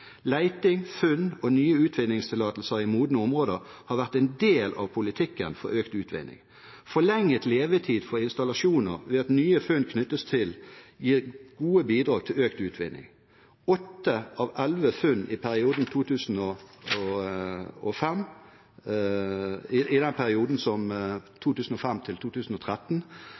funn og nye utvinningstillatelser i modne områder har vært en del av politikken for økt utvinning. Forlenget levetid for installasjoner ved at nye funn knyttes til, gir gode bidrag til økt utvinning. Åtte av elleve funn i perioden